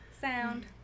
sound